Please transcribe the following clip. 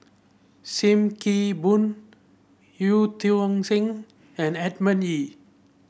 Sim Kee Boon Eu Tiong Sen and Edmund Ee